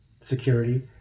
security